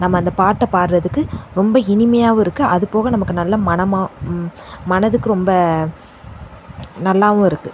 நம்ம அந்த பாட்டை பாடறதுக்கு ரொம்ப இனிமையாகவும் இருக்குது அது போக நமக்கு நல்ல மனமாக மனதுக்கு ரொம்ப நல்லாவும் இருக்குது